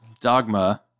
Dogma